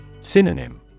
Synonym